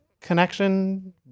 connection